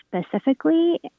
specifically